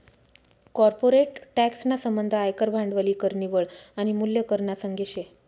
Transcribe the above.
corporate tax ना संबंध आयकर, भांडवली कर, निव्वळ आनी मूल्य कर ना संगे शे